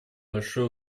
большое